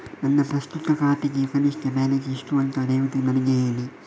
ನನ್ನ ಪ್ರಸ್ತುತ ಖಾತೆಗೆ ಕನಿಷ್ಠ ಬ್ಯಾಲೆನ್ಸ್ ಎಷ್ಟು ಅಂತ ದಯವಿಟ್ಟು ನನಗೆ ಹೇಳಿ